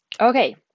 Okay